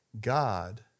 God